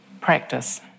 practice